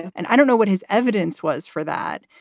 and i don't know what his evidence was for that.